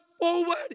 forward